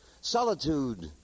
solitude